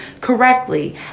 correctly